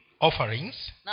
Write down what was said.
offerings